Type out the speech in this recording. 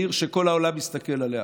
העיר שכל העולם מסתכל עליה